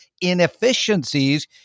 inefficiencies